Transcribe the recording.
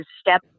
step